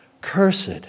cursed